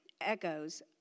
echoes